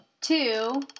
two